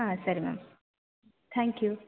ಹಾಂ ಸರಿ ma'am thank you